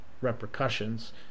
repercussions